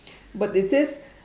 but it says